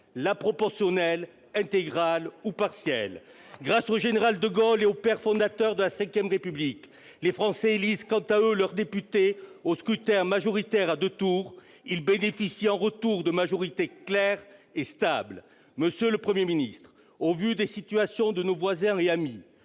la proportionnelle intégrale ou partielle. Grâce au général de Gaulle et aux pères fondateurs de la V République, les Français élisent, quant à eux, leurs députés au scrutin majoritaire à deux tours. Ils bénéficient en retour de majorités claires et stables. Monsieur le Premier ministre, au vu des situations vécues par nos voisins et amis,